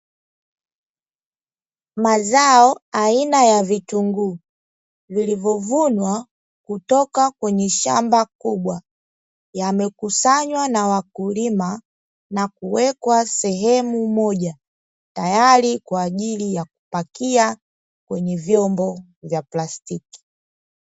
Mazao aina ya vitunguu vilivyovunwa kutoka kwenye shamba kubwa, yamekusanywa na wakulima na kuwekwa sehemu moja tayari kwa ajili ya kupakia kwenye vyombo vya plastiki.